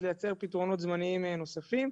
אז לייצר פתרונות זמניים נוספים.